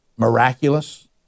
miraculous